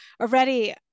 already